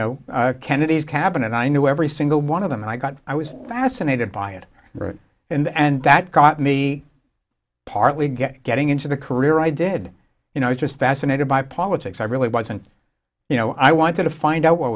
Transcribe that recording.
know kennedy's cabin and i knew every single one of them and i got i was fascinated by it and that got me partly get getting into the career i did you know just fascinated by politics i really wasn't you know i wanted to find out what